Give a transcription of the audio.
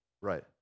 Right